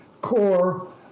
core